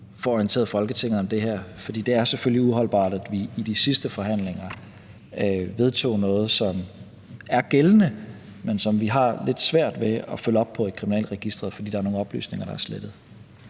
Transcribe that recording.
orientere Folketinget om det her, for det er selvfølgelig uholdbart, at vi i de sidste forhandlinger vedtog noget, som er gældende, men som vi har lidt svært ved at følge op på i Kriminalregisteret, fordi der er nogle oplysninger, der er slettet.